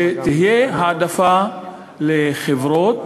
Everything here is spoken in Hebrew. שתהיה העדפה לחברות